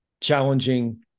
challenging